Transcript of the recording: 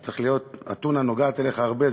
הטונה נוגעת אליך הרבה,